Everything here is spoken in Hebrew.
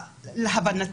מדבר